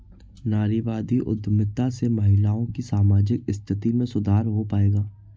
नारीवादी उद्यमिता से महिलाओं की सामाजिक स्थिति में सुधार हो पाएगा?